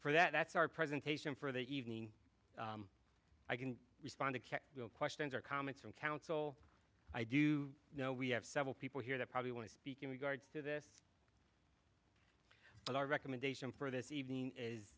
for that that's our presentation for the evening i can respond to your questions or comments from counsel i do know we have several people here that probably want to speak in the guards to this but our recommendation for this evening is